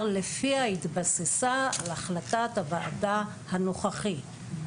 לפיה התבססה על החלטת הוועדה הנוכחית.